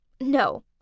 No